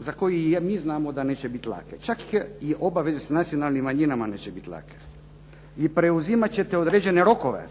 za koje mi znamo da neće bit lake. Čak i obaveze s nacionalnim manjinama neće biti lake. I preuzimat ćete određene rokove.